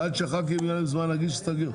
ועד שלח"כים יהיה זמן להגיש הסתייגויות,